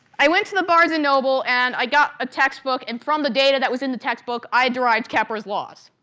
i went to the barnes and noble, and i got a textbook, and from the data that was in that textbook i derived kepler's laws.